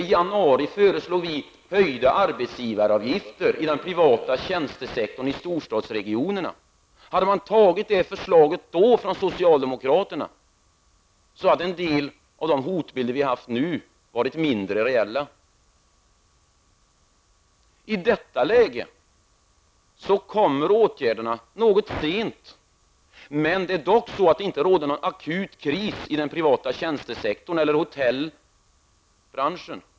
I januari föreslog vi höjda arbetsgivaravgifter inom den privata tjänstesektorn i storstadsregionerna. Om socialdemokraterna hade antagit detta förslag, skulle en del av de hotbilder som vi nu har varit mindre reella. Nu kommer åtgärderna något sent, men det råder dock inte någon akut kris inom den privata tjänstesektorn eller inom hotellbranschen.